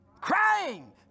crying